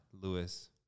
Lewis